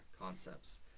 concepts